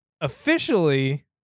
officially